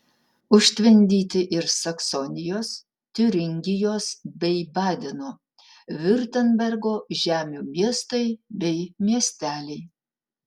užtvindyti ir saksonijos tiuringijos bei badeno viurtembergo žemių miestai bei miesteliai